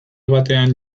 batean